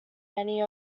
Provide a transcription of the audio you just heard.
many